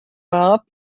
herab